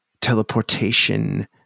teleportation